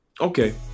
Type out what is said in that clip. Okay